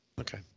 Okay